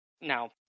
Now